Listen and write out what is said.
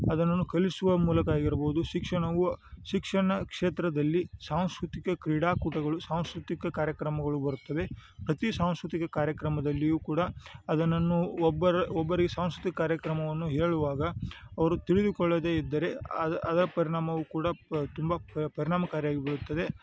ಅದನನ್ನು ಕಲಿಸುವ ಮೂಲಕ ಆಗಿರಬೌದು ಶಿಕ್ಷಣವು ಶಿಕ್ಷಣ ಕ್ಷೇತ್ರದಲ್ಲಿ ಸಾಂಸ್ಕೃತಿಕ ಕ್ರೀಡಾಕೂಟಗಳು ಸಾಂಸ್ಕೃತಿಕ ಕಾರ್ಯಕ್ರಮಗಳು ಬರುತ್ತವೆ ಅತೀ ಸಾಂಸ್ಕೃತಿಕ ಕಾರ್ಯಕ್ರಮದಲ್ಲಿಯೂ ಕೂಡ ಅದನ್ನು ಒಬ್ಬರು ಒಬ್ಬರಿಗೆ ಸಾಂಸ್ಕೃತಿಕ ಕಾರ್ಯಕ್ರಮವನ್ನು ಹೇಳುವಾಗ ಅವರು ತಿಳಿದುಕೊಳ್ಳದೇ ಇದ್ದರೆ ಅದು ಅದು ಪರಿಣಾಮವು ಕೂಡ ಪ ತುಂಬ ಪರಿಣಾಮಕಾರಿಯಾಗಿ ಬಿಡುತ್ತದೆ